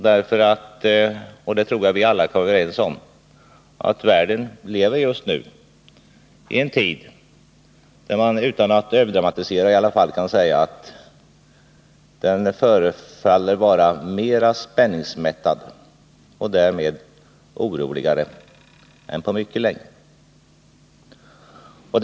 Utan att överdramatisera kan man säga — och det tror jag att vi alla kan vara överens om — att vi lever i en tid då världshändelserna är mera spänningsmättade och läget därmed oroligare än på mycket länge.